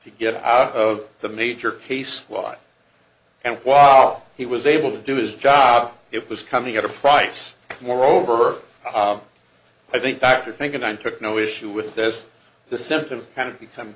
to get out of the major case squad and while he was able to do his job it was coming at a price moreover i think back to think and i took no issue with this the symptoms kind of become